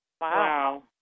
Wow